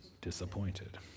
disappointed